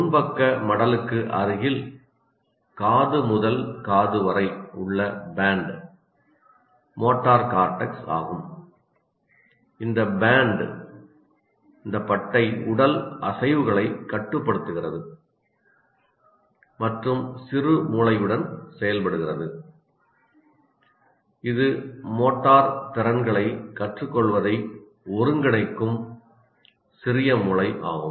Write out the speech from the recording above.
முன்பக்க மடலுக்கு அருகில் காது முதல் காது வரை உள்ள பேண்ட் மோட்டார் கார்டெக்ஸ் ஆகும் இந்த பட்டை உடல் அசைவுகளைக் கட்டுப்படுத்துகிறது மற்றும் சிறுமூளைடன் செயல்படுகிறது இது மோட்டார் திறன்களைக் கற்றுக்கொள்வதை ஒருங்கிணைக்கும் சிறிய மூளை ஆகும்